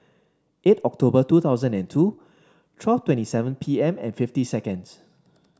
eight October two thousand and two twelve twenty seven P M and fifty seconds